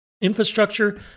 infrastructure